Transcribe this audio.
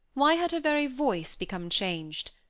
why had her very voice become changed?